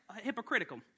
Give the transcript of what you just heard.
hypocritical